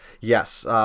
yes